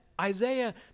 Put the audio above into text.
Isaiah